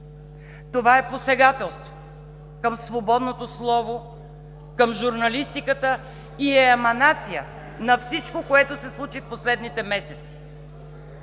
Това е посегателство към свободното слово, към журналистиката и е еманация на всичко, което се случи в последните месеци.